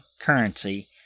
currency